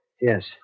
Yes